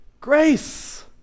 grace